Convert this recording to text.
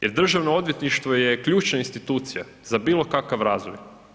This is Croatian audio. Jer državno odvjetništvo je ključna institucija za bilo kakav razvoj.